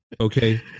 Okay